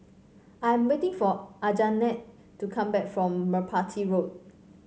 I am waiting for Anjanette to come back from Merpati Road